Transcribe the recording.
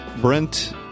Brent